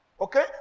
Okay